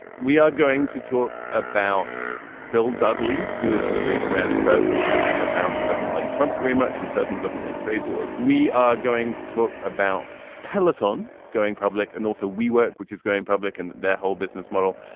we are going to talk about bill dudley who is this very grand person who apparently doesn't like trump very much and certainly doesn't like trade wars. we are going to talk about peloton going public and also we work which is going public and their whole business model.